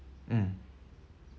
mm